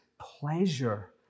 pleasure